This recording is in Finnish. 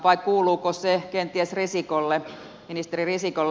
vai kuuluuko se kenties ministeri risikolle